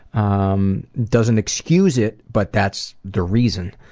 um doesn't excuse it, but that's the reason.